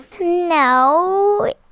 No